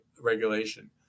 regulation